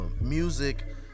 music